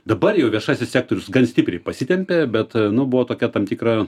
dabar jau viešasis sektorius gan stipriai pasitempė bet nu buvo tokia tam tikra